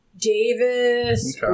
Davis